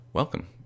Welcome